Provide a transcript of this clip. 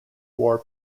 war